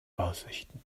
aussichten